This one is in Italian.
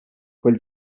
quel